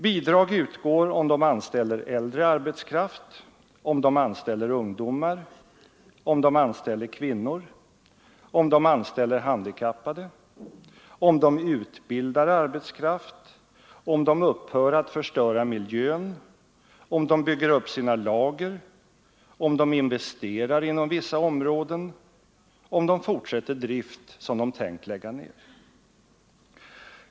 Bidrag utgår om de anställer äldre arbetskraft, om de anställer handikappade, om de anställer ungdomar, om de anställer kvinnor, om de utbildar arbetskraft, om de upphör att förstöra miljön, om de bygger upp sina lager, om de investerar inom vissa områden, om de fortsätter drift som de tänker lägga ned.